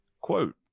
quote